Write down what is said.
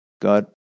God